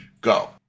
go